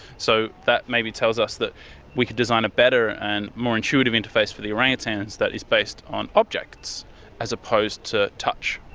so that maybe tells us that we could design a better and more intuitive interface for the orangutans that is based on objects as opposed to touch.